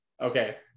Okay